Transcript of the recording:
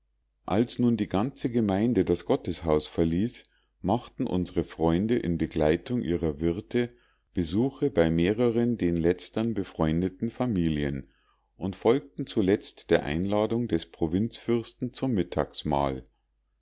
als nun die ganze gemeinde das gotteshaus verließ machten unsre freunde in begleitung ihrer wirte besuche bei mehreren den letztern befreundeten familien und folgten zuletzt der einladung des provinzfürsten zum